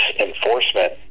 enforcement